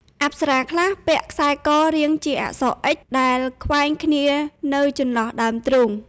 អប្សរាខ្លះពាក់ខ្សែករាងជាអក្សរ "X" ដែលខ្វែងគ្នានៅចន្លោះដើមទ្រូង។